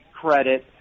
credit